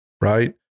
right